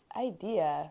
idea